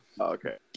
Okay